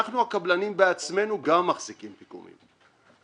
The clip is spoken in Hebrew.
אנחנו הקבלנים בעצמנו גם מחזיקים פיגומים.